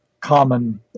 Common